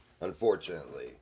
unfortunately